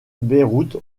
beyrouth